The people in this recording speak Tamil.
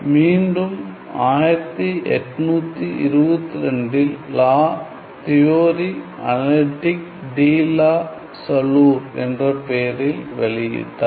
மீண்டும் 1822 இல் La Théorie analytique de la chaleur என்ற பெயரில் வெளியிட்டார்